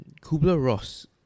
Kubler-Ross